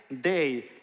day